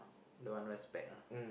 don't want respect lah